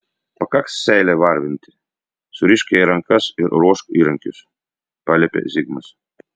pakaks seilę varvinti surišk jai rankas ir ruošk įrankius paliepė zigmas